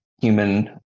human